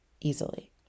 easily